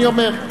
אני אומר,